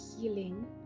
healing